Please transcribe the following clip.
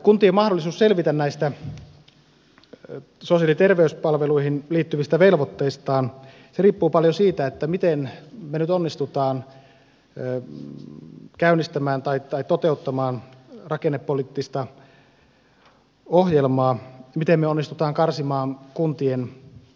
kuntien mahdollisuus selvitä näistä sosiaali ja terveyspalveluihin liittyvistä velvoitteistaan riippuu paljon siitä miten me nyt onnistumme toteuttamaan rakennepoliittista ohjelmaa miten me onnistumme karsimaan kuntien tehtäviä